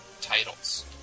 titles